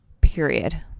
period